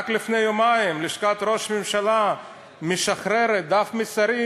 רק לפני יומיים לשכת ראש הממשלה משחררת דף מסרים,